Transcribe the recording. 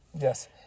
Yes